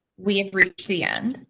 we have reached the end.